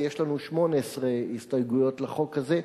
ויש לנו 18 הסתייגויות לחוק הזה,